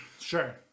sure